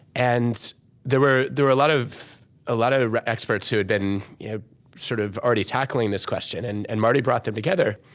and there were there were a lot of ah lot of experts who had been sort of already tackling this question, and and marty brought them together.